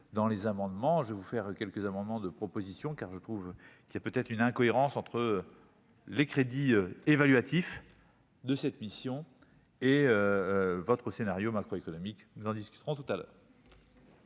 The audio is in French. je vais vous faire quelques amendements de propositions car je trouve qu'il a peut-être une incohérence entre les crédits évaluatifs de cette mission et votre scénario macroéconomique, nous en discuterons tout à l'heure.